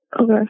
Okay